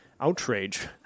Outrage